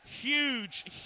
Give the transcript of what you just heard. huge